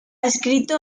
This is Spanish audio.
escrito